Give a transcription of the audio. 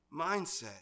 mindset